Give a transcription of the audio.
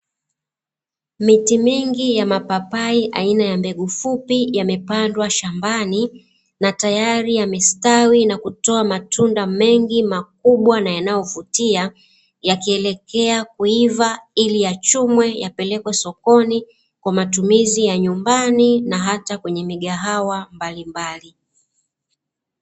Miti mingi ya mapapai aina ya mbegu fupi, yamepandwa shambani na tayari yamestawi na kutoa matunda mengi, makubwa na yanayovutia yakielekea kuiva ili yachumwe yapelekwe sokoni kwa matumizi ya nyumbani na hata kwenye migahawa mbalimbali.